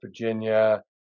Virginia